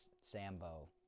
Sambo